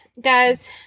guys